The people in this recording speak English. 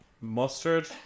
Mustard